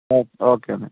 okay ma'am